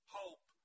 hope